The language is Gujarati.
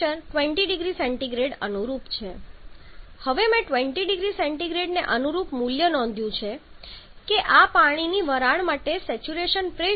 હવે મેં 20 0C ને અનુરૂપ મૂલ્ય નોંધ્યું છે કે આ પાણીની વરાળ માટે સેચ્યુરેશન પ્રેશર 2